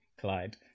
Clyde